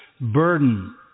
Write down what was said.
burden